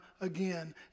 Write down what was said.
again